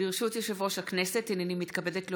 ברשות יושב-ראש הכנסת, הינני מתכבדת להודיעכם,